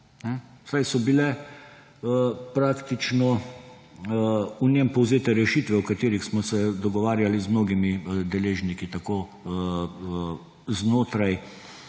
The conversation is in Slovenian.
saj so bile praktično v njem povzete rešitve, o katerih smo se dogovarjali z mnogimi deležniki tako znotraj